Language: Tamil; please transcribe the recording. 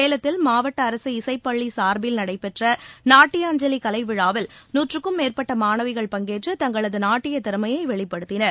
சேலத்தில் மாவட்ட அரசு இசைப்பள்ளி சார்பில் நடைபெற்ற நாட்டியாஞ்சலி கலைவிழாவில் நூற்றுக்கும் மேற்பட்ட மாணவிகள் பங்கேற்று தங்களது நாட்டியத் திறமையை வெளிப்படுத்தினர்